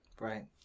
Right